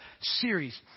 series